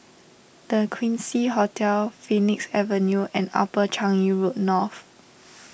the Quincy Hotel Phoenix Avenue and Upper Changi Road North